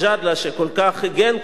שכל כך הגן כאן עליו,